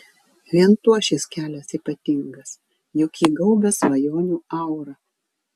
vien tuo šis kelias ypatingas juk jį gaubia svajonių aura